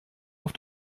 auf